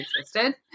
existed